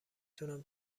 تونم